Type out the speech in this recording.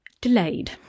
delayed